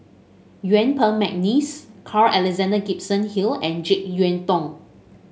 Yuen Peng McNeice Carl Alexander Gibson Hill and JeK Yeun Thong